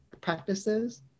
practices